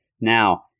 Now